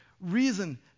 reason